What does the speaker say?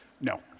No